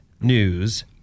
news